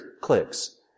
clicks